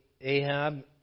Ahab